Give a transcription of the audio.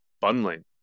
bundling